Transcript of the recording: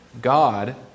God